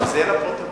שזה יהיה לפרוטוקול.